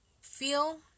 feel